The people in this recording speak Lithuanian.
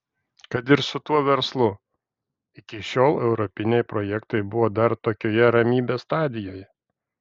kad ir su tuo verslu iki šiol europiniai projektai buvo dar tokioje ramybės stadijoje